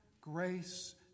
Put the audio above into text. grace